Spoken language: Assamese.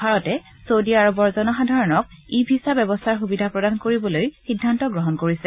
ভাৰতে চৌদি আৰবৰ জনসাধাৰণক ই ভিছা ব্যৱস্থাৰ সুবিধা প্ৰদান কৰিবলৈ সিদ্ধান্ত গ্ৰহণ কৰিছে